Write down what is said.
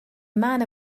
man